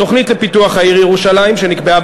התוכנית לפיתוח העיר ירושלים שנקבעה